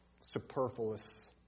superfluous